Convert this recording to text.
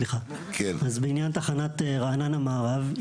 אז בעניין תחנת רעננה מערב,